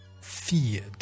feared